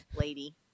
lady